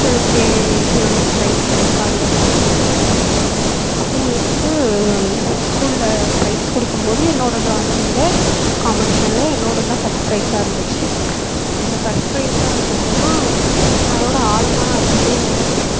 சரி ஓகே நம்மளுக்கு ப்ரைஸ் கிடைக்காது அப்படின்னு நான் நினச்சிட்டேன் அப்பறமேட்டுக்கு ஸ்கூலில் ப்ரைஸ் கொடுக்கும்போது என்னோட டிராயிங்கில் காம்படீஷனில் என்னோடதுதான் ஃபர்ஸ்ட் ப்ரைஸாக இருந்துச்சு அந்த ஃபர்ஸ்ட் ப்ரைஸாக இருக்கறப்போ தான் நான் இதோடய ஆழமான அர்த்தத்தையே உணர்ந்தேன்